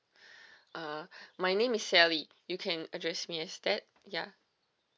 uh my name is sally you can address me as that ya